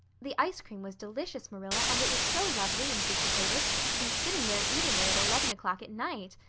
the ice cream was delicious, marilla, and it was so lovely and dissipated to be sitting there eating it at eleven o'clock at night.